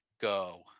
go